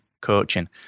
coaching